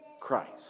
Christ